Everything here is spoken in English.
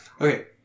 Okay